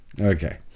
Okay